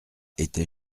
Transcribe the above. était